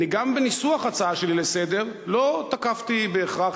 גם בניסוח ההצעה שלי לסדר-היום לא תקפתי בהכרח